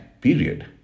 Period